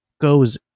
goes